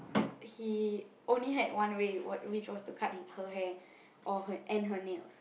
he only had one way which was to cut her hair or and her nails